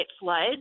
floods